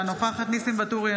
אינה נוכחת ניסים ואטורי,